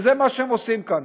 וזה מה שהם עושים כאן.